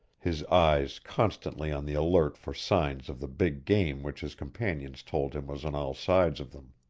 his eyes constantly on the alert for signs of the big game which his companions told him was on all sides of them.